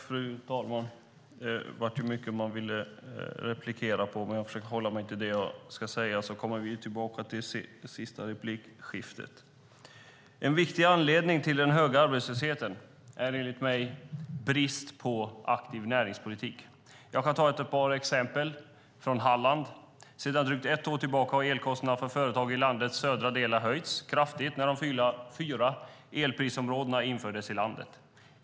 Fru talman! Det är mycket jag vill svara på, men jag försöker hålla mig till det jag ska säga så kommer jag tillbaka i mitt sista inlägg. En viktig anledning till den höga arbetslösheten är enligt mig brist på aktiv näringspolitik. Jag kan ta ett par exempel från Halland. Sedan drygt ett år tillbaka när de fyra elprisområdena infördes i landet har elkostnaderna för företag i landets södra delar höjts kraftigt.